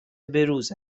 بهروز